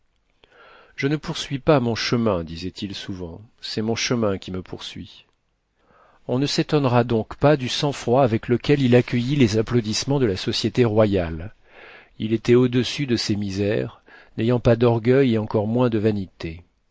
je ne poursuis pas mon chemin disait-il souvent c'est mon chemin qui me poursuit on ne s'étonnera donc pas du sang-froid avec lequel il accueillit les applaudissements de la société royale il était au-dessus de ces misères n'ayant pas d'orgueil et encore moins de vanité